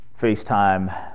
FaceTime